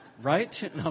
Right